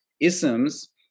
isms